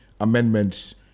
amendments